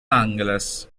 angeles